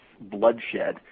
bloodshed